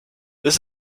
this